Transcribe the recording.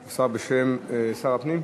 השר, בשם שר הפנים.